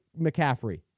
McCaffrey